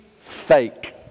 fake